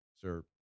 sir